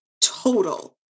total